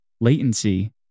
latency